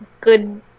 good